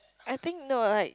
I think no like